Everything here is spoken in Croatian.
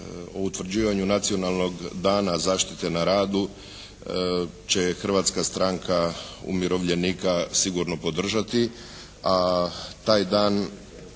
o utvrđivanju nacionalnog dana zaštite na radu će Hrvatska stranka umirovljenika sigurno podržati, a taj dan,